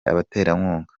abaterankunga